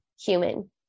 human